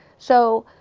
so,